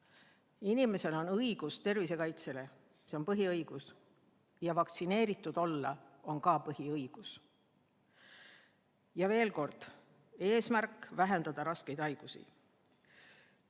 Inimesel on õigus tervise kaitsele, see on põhiõigus, ja vaktsineeritud olla on ka põhiõigus. Veel kord, eesmärk on vähendada raskeid